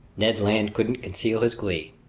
ned land couldn't conceal his glee.